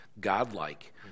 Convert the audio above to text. godlike